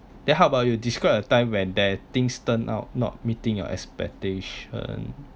then how about you describe a time when there things turn out not meeting your expectation